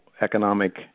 economic